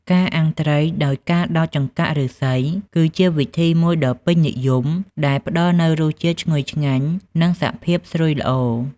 ការអាំងត្រីដោយការដោតចង្កាក់ឫស្សី គឺជាវិធីមួយដ៏ពេញនិយមដែលផ្តល់នូវរសជាតិឈ្ងុយឆ្ងាញ់ និងសភាពស្រួយល្អ។